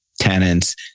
tenants